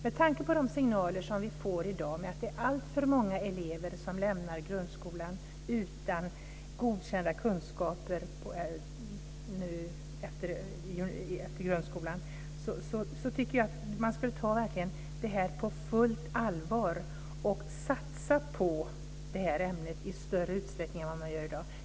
Med tanke på de signaler som vi får i dag om att alltför många elever lämnar grundskolan utan godkända kunskaper tycker jag att man verkligen skulle ta det här på fullt allvar och satsa på det här ämnet i större utsträckning än vad man gör i dag.